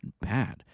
bad